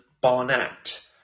Barnett